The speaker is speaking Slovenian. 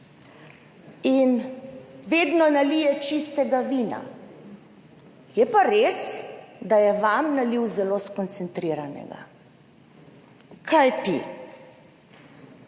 In vedno nalije čistega vina. Je pa res, da je vam nalil zelo skoncentriranega, kajti